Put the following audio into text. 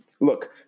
look